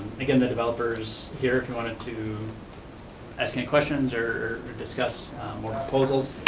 again, the developer's here, if you wanted to ask any questions or discuss more proposals.